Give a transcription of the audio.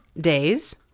days